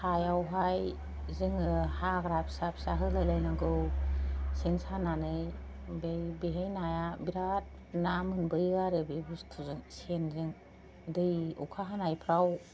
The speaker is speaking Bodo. सायावहाय जोङो हाग्रा फिसा फिसा होलायलायनांगौ सेन सानानै ओमफ्राय बेहाय नाया बिरात ना मोनबोयो आरो बे बुस्थुजों सेनजों दै अखा हानायफ्राव